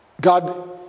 God